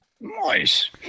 Nice